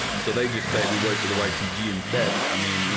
so they just say, we worked with the ypg instead. i mean,